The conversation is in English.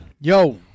Yo